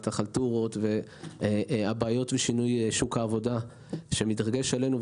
החלטורות והבעיות בשינוי שוק העבודה שמתרגשות עלינו.